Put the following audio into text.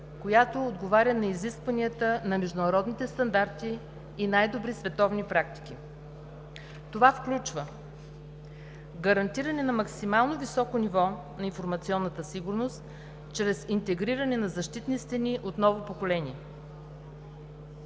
която отговаря на изискванията на международните стандарти и най-добри световни практики. Това включва: гарантиране на максимално високо ниво на информационната сигурност чрез интегриране на защитни стени от ново поколение;